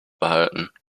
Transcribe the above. behalten